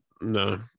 No